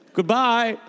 Goodbye